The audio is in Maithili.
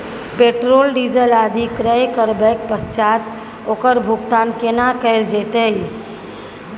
पेट्रोल, डीजल आदि क्रय करबैक पश्चात ओकर भुगतान केना कैल जेतै?